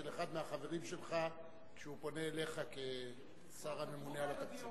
אחד החברים שלך כשהוא פונה אליך כשר הממונה על התקציב.